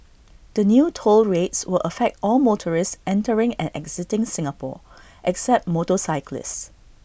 the new toll rates will affect all motorists entering and exiting Singapore except motorcyclists